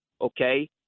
okay